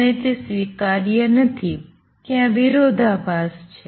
અને તે સ્વીકાર્ય નથી ત્યાં વિરોધાભાસ છે